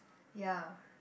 ya